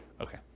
Okay